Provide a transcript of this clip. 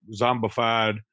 zombified